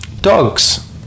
Dogs